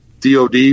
DOD